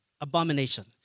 Abomination